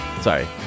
sorry